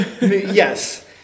Yes